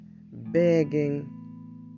begging